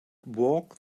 walk